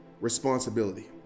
responsibility